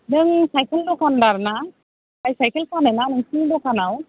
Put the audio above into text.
नों साइखेल दखानदार ना बाइसाइखेल फानो ना नोंसिनि दखानआव